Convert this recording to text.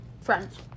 friends